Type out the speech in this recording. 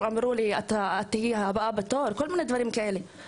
שאמרו לי: ״את תהיי הבאה בתור.״ כל מיני דברים כאלה,